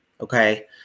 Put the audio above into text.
Okay